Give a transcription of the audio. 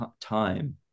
time